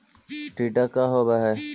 टीडा का होव हैं?